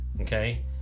okay